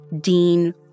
Dean